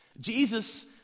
Jesus